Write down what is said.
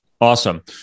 Awesome